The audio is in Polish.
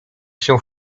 się